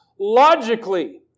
logically